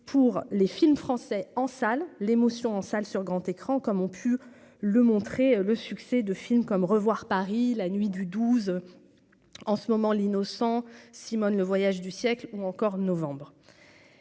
pour les films français en salle l'émotion en salle sur grand écran, comme ont pu le montrer, le succès de films comme Revoir Paris la nuit du 12 en ce moment l'innocent Simone le voyage du siècle ou encore novembre